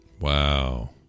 Wow